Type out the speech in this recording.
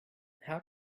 how